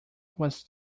was